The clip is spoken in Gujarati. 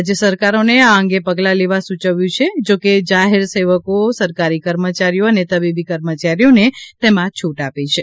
રાજય સરકારોને આ અંગે પગલાં લેવા સૂયવ્યું છે જો કે જાહેર સેવકો સરકારી કર્મચારીઓ અને તબીબી કર્મચારીઓને તેમાં છુટ આપી છે